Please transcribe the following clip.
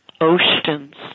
oceans